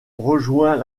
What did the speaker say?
rejoint